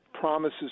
promises